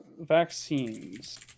vaccines